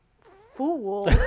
fool